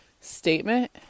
statement